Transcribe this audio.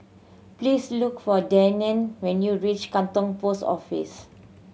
please look for Deanne when you reach Katong Post Office